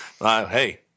Hey